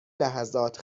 لحظات